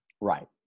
Right